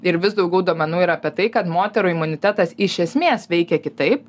ir vis daugiau duomenų yra apie tai kad moterų imunitetas iš esmės veikia kitaip